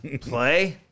play